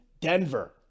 Denver